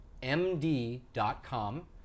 MD.com